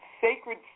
sacred